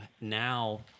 now